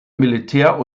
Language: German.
militär